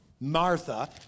Martha